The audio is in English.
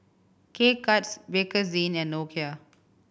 K Cuts Bakerzin and Nokia